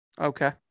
Okay